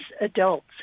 adults